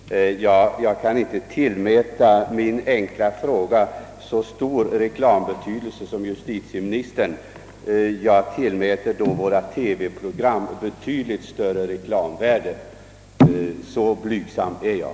Herr talman! Jag kan inte tillmäta min enkla fråga så stor reklambetydelse som justitieministern tycks göra. Jag tillmäter våra TV-program betydligt större reklamvärde — så blygsam är jag.